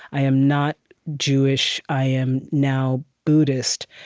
i am not jewish i am now buddhist.